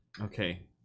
Okay